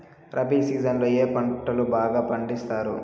rabi season లో ఏ పంటలు బాగా పండిస్తారు